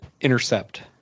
intercept